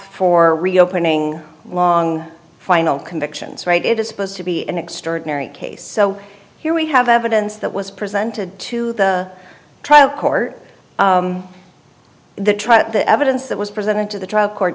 for reopening long final convictions right it is supposed to be an extraordinary case so here we have evidence that was presented to the trial court the truck the evidence that was presented to the trial court